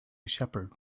shepherd